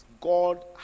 God